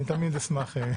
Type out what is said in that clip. אני תמיד אשמח.